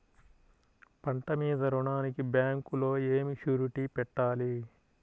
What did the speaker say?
పంట మీద రుణానికి బ్యాంకులో ఏమి షూరిటీ పెట్టాలి?